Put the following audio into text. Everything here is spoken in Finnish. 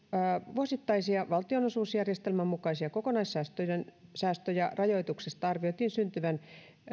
vuosittaisia valtionosuusjärjestelmän mukaisia kokonaissäästöjä rajoituksesta arvioitiin syntyvän